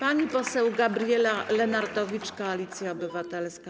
Pani poseł Gabriela Lenartowicz, Koalicja Obywatelska.